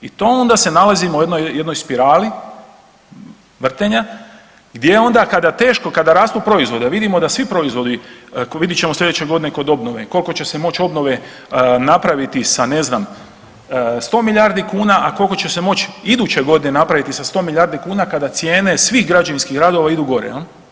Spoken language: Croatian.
I to onda se nalazimo u jednoj spirali vrtenja, gdje onda kada teško, kada rastu proizvodi, a vidimo da svi proizvodi, vidjet ćemo sljedeće godine kod obnove koliko će se moći obnove napraviti sa ne znam sto milijardi kuna, a koliko će se moći iduće godine napraviti sa sto milijardi kuna kada cijene svih građevinskih radova idu gore.